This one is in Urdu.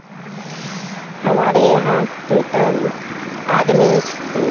مٹر پنیر شاہی پنیر دال مکھنی دم آلو چکن تکہ